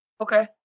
okay